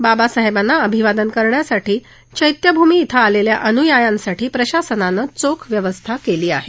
बाबासाहेबांना अभिवादन करण्यासाठी चखिभूमी श्री आलेल्या अनुयायांसाठी प्रशासनानं चोख व्यवस्था केली आहे